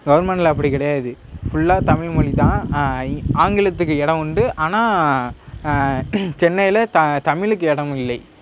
கவுர்மெண்ட்டில் அப்படி கிடையாது ஃபுல்லாக தமிழ் மொழி தான் இ ஆங்கிலத்துக்கு இடம் உண்டு ஆனால் சென்னையில் த தமிழுக்கு இடம் இல்லை